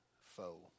foe